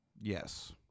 Yes